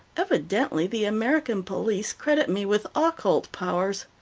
evidently the american police credit me with occult powers.